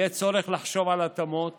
יהיה צורך לחשוב על התאמות